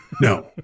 No